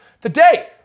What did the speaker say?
Today